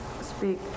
speak